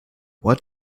what